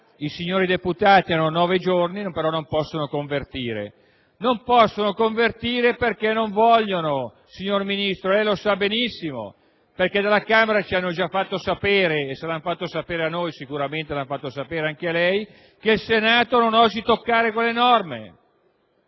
i signori deputati hanno nove giorni, ma sostengono di non poter convertire il provvedimento. Non possono convertirlo perché non vogliono, signor Ministro; lei lo sa benissimo, perché dalla Camera ci hanno già fatto sapere (se lo hanno fatto sapere a noi, sicuramente lo hanno fatto sapere anche a lei) che il Senato non deve osare toccare quelle norme,